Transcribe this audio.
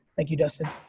thank you dustin.